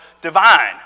divine